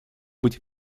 быть